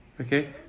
Okay